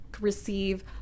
receive